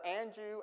Andrew